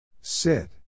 Sit